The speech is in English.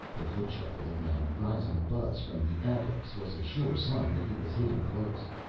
the foot shuffling and rising buzz from the adepts was a sure sign that he was hitting close.